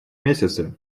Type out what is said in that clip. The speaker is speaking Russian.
месяце